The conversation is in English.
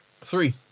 Three